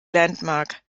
landmark